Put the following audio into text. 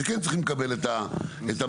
שכן צריכים את זה.